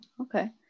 okay